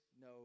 no